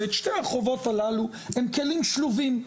ואת שתי החובות הללו הם כלים שלובים,